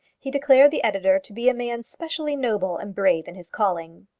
he declared the editor to be a man specially noble and brave in his calling.